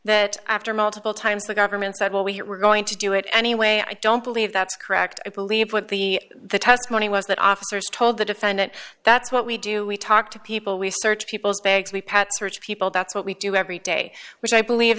that after multiple times the government said well we were going to do it anyway i don't believe that's correct i believe what the the testimony was that officers told the defendant that's what we do we talk to people we search people's bags we pats rich people that's what we do every day which i believe